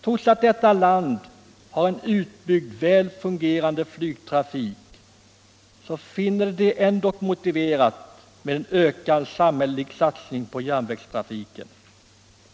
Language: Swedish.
Trots att detta land har en utbyggd, väl fungerande flygtrafik finner man det motiverat med en ökad samhällelig satsning på järnvägstrafiken.